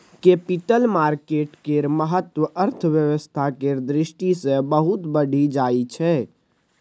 capital market केर महत्व अर्थव्यवस्था केर दृष्टि सँ बहुत बढ़ि जाइ छै